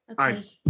Okay